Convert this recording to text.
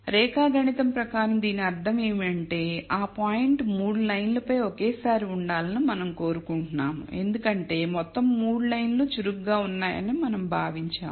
రేఖాగణితంగా దీని అర్థం ఏమిటంటే ఆ పాయింట్ 3 లైన్లపై ఒకేసారి ఉండాలని మనం కోరుకుంటున్నాము ఎందుకంటే మొత్తం 3 లైన్లు చురుకుగా ఉన్నాయని మనం భావించాము